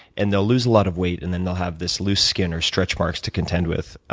and they'll lose a lot of weight. and then they'll have this loose skin or stretch marks to contend with.